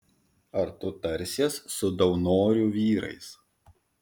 ar tu tarsies su daunorių vyrais